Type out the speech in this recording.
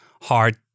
hard